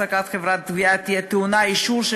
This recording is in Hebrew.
העסקת חברת גבייה תהיה טעונה אישור של